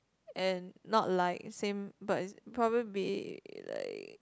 and not like same but is probably like